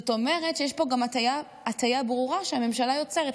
זאת אומרת שיש פה גם הטיה ברורה שהממשלה יוצרת.